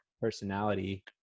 personality